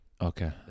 Okay